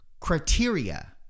criteria